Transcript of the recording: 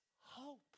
hope